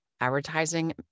Advertising